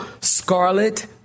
scarlet